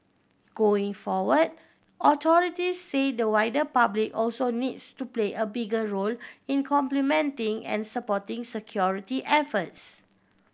going forward authority say the wider public also needs to play a bigger role in complementing and supporting security efforts